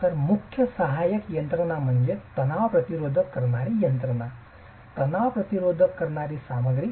तर मुख्य सहाय्यक यंत्रणा म्हणजे तणाव प्रतिरोध करणारी यंत्रणा तणाव प्रतिरोध करणारी सामग्री